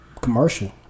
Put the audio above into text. commercial